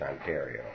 Ontario